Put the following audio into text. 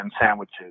sandwiches